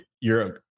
Europe